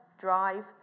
drive